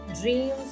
dreams